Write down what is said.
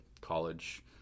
college